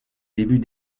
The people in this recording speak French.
début